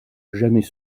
jamais